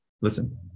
listen